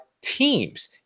teams